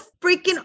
freaking